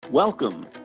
Welcome